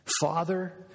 Father